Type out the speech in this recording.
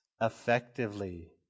effectively